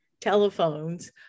telephones